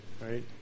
right